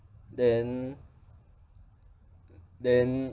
then then